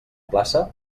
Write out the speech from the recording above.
plaça